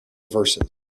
verses